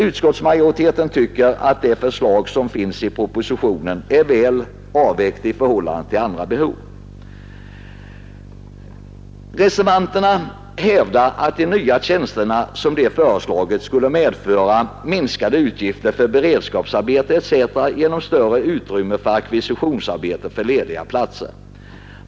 Utskottsmajoriteten tycker att förslaget i statsverkspropositionen är väl avvägt i förhållande till andra behov. Reservanterna hävdar att de nya tjänster de föreslagit, på grund av en intensivare platsackvisition, skulle medföra minskade utgifter för beredskapsarbeten etc.